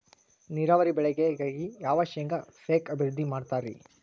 ನೇರಾವರಿ ಬೆಳೆಗಾಗಿ ಯಾವ ಶೇಂಗಾ ಪೇಕ್ ಅಭಿವೃದ್ಧಿ ಮಾಡತಾರ ರಿ?